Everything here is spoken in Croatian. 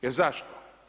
Jer zašto?